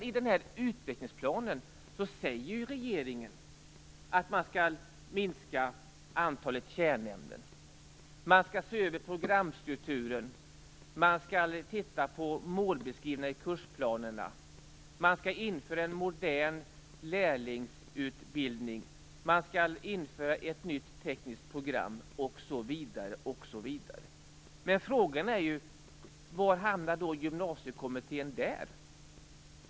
I utvecklingsplanen säger regeringen att man skall minska antalet kärnämnen, se över programstrukturen, titta på målbeskrivningarna i kursplanerna, införa en modern lärlingsutbildning och ett nytt tekniskt program osv. Men frågan är ju: Var hamnar Gymnasiekommittén där?